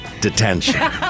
Detention